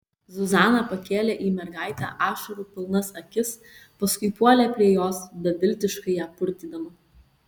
zuzana pakėlė į mergaitę ašarų pilnas akis paskui puolė prie jos beviltiškai ją purtydama